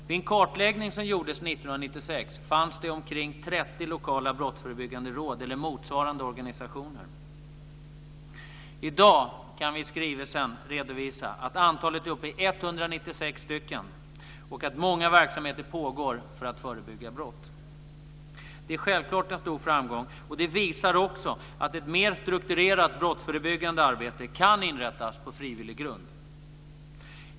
Vid en kartläggning som gjordes 1996 fanns det omkring 30 lokala brottsförebyggande råd eller motsvarande organisationer. I dag kan vi i skrivelsen redovisa att antalet är uppe i 196 och att många verksamheter pågår för att förebygga brott. Det är självklart en stor framgång, och det visar också att ett mer strukturerat brottsförebyggande arbete kan inrättas på frivillig grund.